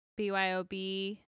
BYOB